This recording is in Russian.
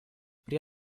при